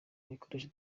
bikoresho